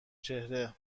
چهره